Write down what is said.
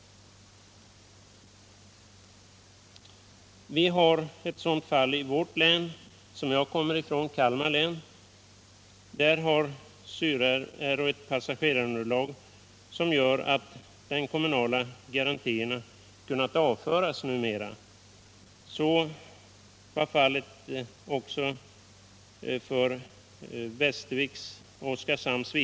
Vi har ett sådant fall i det län som jag kommer ifrån — Kalmar län. Där har Syd-Aero ett passagerarunderlag som gör att de kommunala garantierna numera kunnat avföras.